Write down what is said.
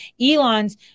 Elon's